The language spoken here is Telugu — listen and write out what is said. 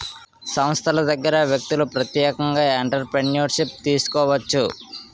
సంస్థల దగ్గర వ్యక్తులు ప్రత్యేకంగా ఎంటర్ప్రిన్యూర్షిప్ను తీసుకోవచ్చు